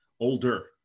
older